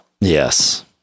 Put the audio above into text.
Yes